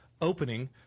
opening